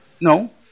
No